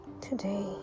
today